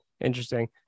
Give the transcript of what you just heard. Interesting